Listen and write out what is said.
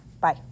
Bye